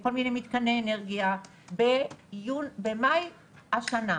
כל מיני מתקני אנרגיה, במאי 2020,